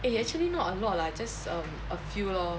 eh actually not a lot lah just a a few lor